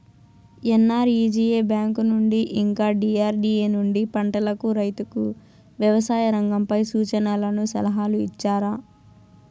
NREGA bank నుండి ఇంకా DRDA నుండి పంటలకు రైతుకు వ్యవసాయ రంగంపై సూచనలను సలహాలు ఇచ్చారా